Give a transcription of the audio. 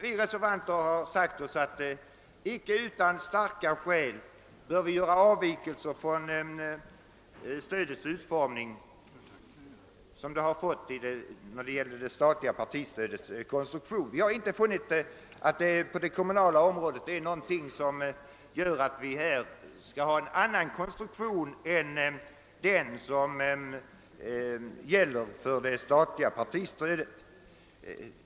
Vi reservanter har sagt oss att man icke utan starka skäl bör göra avvikelser från den utformning som givits det statliga partistödet. Vi har inte funnit något på det kommunala området som skulle föranleda en annan konstruktion än som gäller för det statliga partistödet.